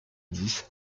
dix